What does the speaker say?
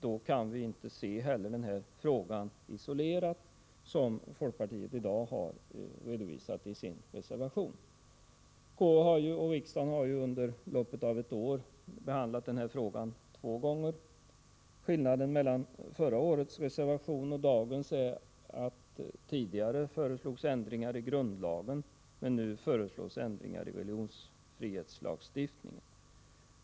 Då kan vi inte se denna fråga isolerat, vilket folkpartiet i dag gör i sin reservation. Konstitutionsutskottet och riksdagen har under loppet av ett år behandlat denna fråga två gånger. Skillnaden mellan förra årets reservation och dagens är att man tidigare föreslog ändringar av grundlagen men nu föreslår ändringar av religionsfrihetslagstiftningen.